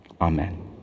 Amen